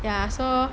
ya so